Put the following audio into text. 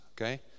okay